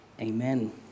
amen